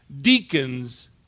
deacons